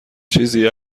چیزی